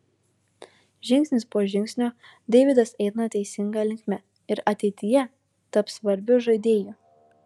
žingsnis po žingsnio deividas eina teisinga linkme ir ateityje taps svarbiu žaidėju